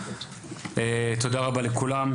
תודה רבה לכולם.